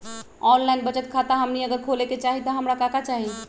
Online बचत खाता हमनी अगर खोले के चाहि त हमरा का का चाहि?